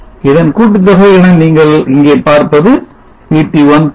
இதன் கூட்டுத்தொகை என நீங்கள் இங்கே பார்ப்பது VT1VT2